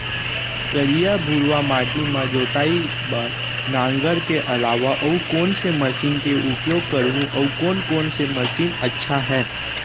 करिया, भुरवा माटी म जोताई बार नांगर के अलावा अऊ कोन से मशीन के उपयोग करहुं अऊ कोन कोन से मशीन अच्छा है?